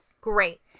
great